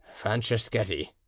Franceschetti